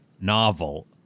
novel